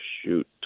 shoot